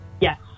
Yes